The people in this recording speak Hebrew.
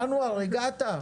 אנואר, הגעת.